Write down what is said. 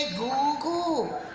googoo.